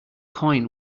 coin